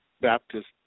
Baptist